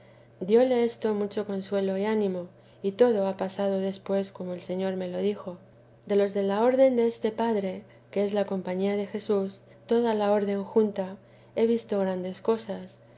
dióle esto mucho consuelo y ánimo y todo ha pasado después como el señor me lo dijo de los de la orden deste padre que es la compañía de jesús de toda la orden junta he visto grandes cosas